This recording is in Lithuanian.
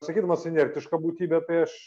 sakydamas inertiška būtybė tai aš